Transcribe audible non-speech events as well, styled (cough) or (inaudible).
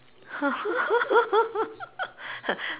(laughs)